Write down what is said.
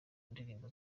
ndirimbo